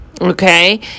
okay